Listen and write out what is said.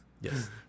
yes